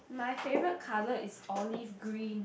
my favorite color is olive green